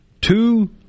two